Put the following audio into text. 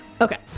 Okay